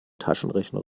taschenrechner